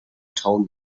tone